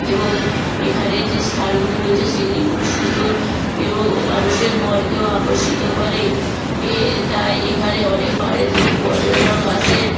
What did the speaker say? এবং এখানে যে স্থানগুলি রয়েছে সেগুলি খুব সুন্দর এবং মানুষের মনকেও আকর্ষিত করে এ তাই এখানে অনেক বাইরে থেকে পর্যটক আসেন